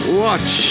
watch